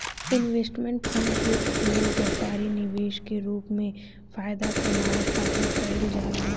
investment fund के उपयोग व्यापारी निवेश के रूप में फायदा कामये खातिर कईल जाला